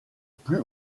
plus